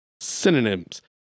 synonyms